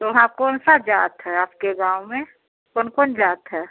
तो वहाँ कौन सा जात है आपके गाँव में कौन कौन जात है